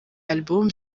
album